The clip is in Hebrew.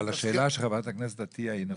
אבל השאלה של חברת הכנסת עטייה היא נכונה,